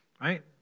Right